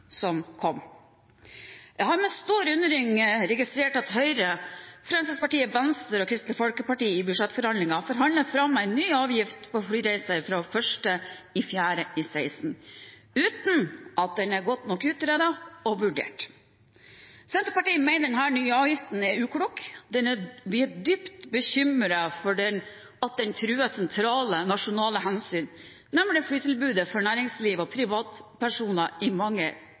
som kom. Jeg har med stor undring registrert at Høyre, Fremskrittspartiet, Venstre og Kristelig Folkeparti i budsjettforhandlingene forhandlet fram en ny avgift på flyreiser fra 1. april 2016, uten at den er godt nok utredet og vurdert. Senterpartiet mener denne nye avgiften er uklok. Vi er dypt bekymret for at den truer sentrale nasjonale hensyn, nemlig flytilbudet for næringsliv og privatpersoner i mange